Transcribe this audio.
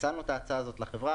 הצענו את ההצעה הזאת לחברה,